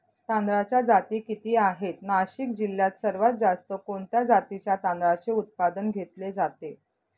तांदळाच्या जाती किती आहेत, नाशिक जिल्ह्यात सर्वात जास्त कोणत्या जातीच्या तांदळाचे उत्पादन घेतले जाते?